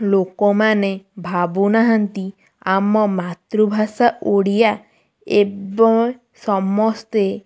ଲୋକମାନେ ଭାବୁନାହାନ୍ତି ଆମ ମାତୃଭାଷା ଓଡ଼ିଆ ଏବଂ ସମସ୍ତେ